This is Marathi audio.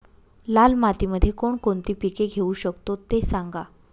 लाल मातीमध्ये कोणकोणती पिके घेऊ शकतो, ते सांगा